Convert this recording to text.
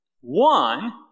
One